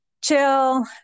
chill